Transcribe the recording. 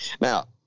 Now